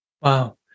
Wow